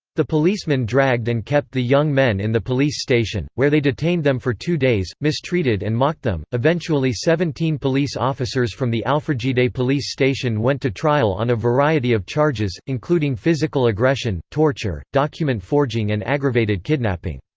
the policemen dragged and kept the young men in the police station, where they detained them for two days, mistreated and mocked them eventually seventeen police officers from the alfragide police station went to trial on a variety of charges, including physical aggression, torture, document forging and aggravated kidnapping.